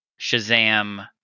Shazam